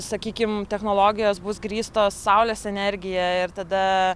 sakykim technologijos bus grįstos saulės energija ir tada